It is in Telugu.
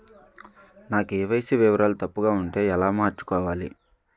నా కే.వై.సీ వివరాలు తప్పుగా ఉంటే ఎలా మార్చుకోవాలి?